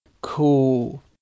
Cool